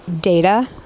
data